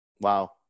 Wow